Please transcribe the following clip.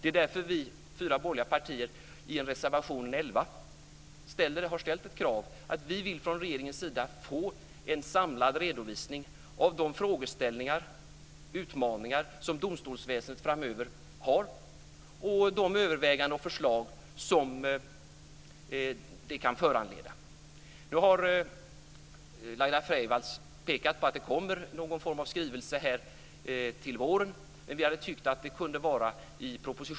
Därför har vi i de fyra borgerliga partierna i reservation 11 ställt krav på att från regeringen få en samlad redovisning av de frågeställningar och utmaningar som domstolsväsendet har framöver, och de överväganden och förslag som det kan föranleda.